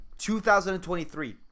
2023